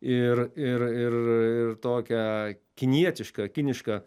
ir ir ir ir tokią kinietišką kinišką